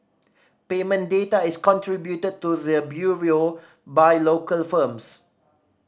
payment data is contributed to the Bureau by local firms